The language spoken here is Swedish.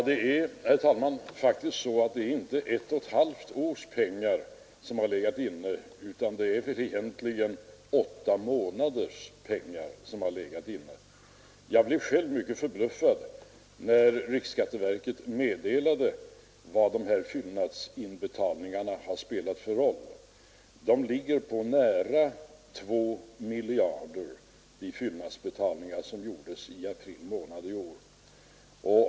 Herr talman! Det är faktiskt inte ett och ett halvt års pengar som har legat inne utan det är väl egentligen åtta månaders pengar. Jag blev själv mycket förbluffad när riksskatteverket meddelade vad de här fyllnadsinbetalningarna har spelat för roll. De fyllnadsbetalningar som gjordes i april månad i år ligger på nära 2 miljarder.